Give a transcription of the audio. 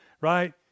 right